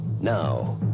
now